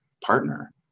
partner